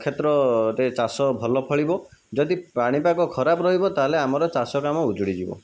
କ୍ଷେତ୍ରରେ ଚାଷ ଭଲ ଫଳିବ ଯଦି ପାଣିପାଗ ଖରାପ ରହିବ ତାହେଲେ ଆମର ଚାଷକାମ ଉଜୁଡ଼ି ଯିବ